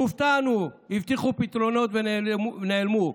הופתעו, הבטיחו פתרונות ונעלמו.